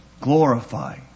glorify